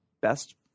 best